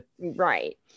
right